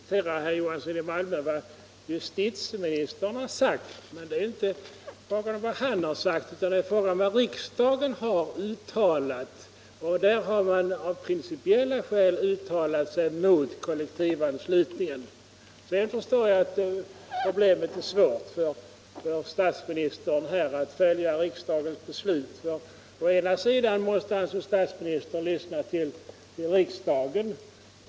Herr talman! Nu citerar herr Johansson i Malmö vad justitieministern har sagt. Men det är inte fråga om vad han har sagt utan vad riksdagen har uttalat. Och riksdagen har av principiella skäl uttalat sig mot kollektivanslutning. Jag förstår att det är svårt för statsministern att följa riksdagens beslut. Å ena sidan måste statsministern lyssna till riksdagen.